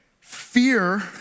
Fear